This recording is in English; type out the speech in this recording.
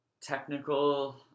technical